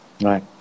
Right